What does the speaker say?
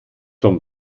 vom